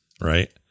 right